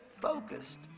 focused